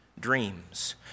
dreams